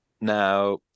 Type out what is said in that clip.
Now